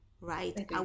right